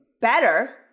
better